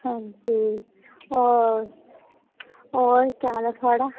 हांजी हां और क्या हाल ऐ थुआढ़ा